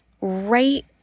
right